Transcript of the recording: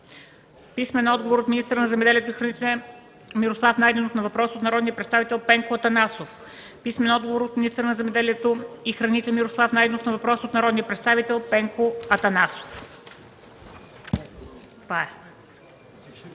Караниколов; - министъра на земеделието и храните Мирослав Найденов на въпрос от народния представител Пенко Атанасов;